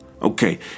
okay